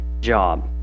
job